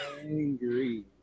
angry